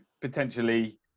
potentially